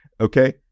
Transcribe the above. okay